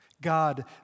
God